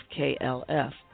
KLF